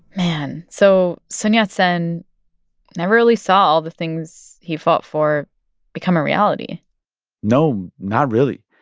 and so sun yat-sen never really saw the things he fought for become a reality no, not really.